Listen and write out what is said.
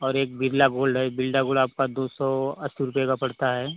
और एक बिरला गोल्ड है बिरला गोल्ड आपका दो सौ अस्सी रुपये का पड़ता है